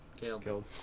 killed